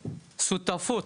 שותפות.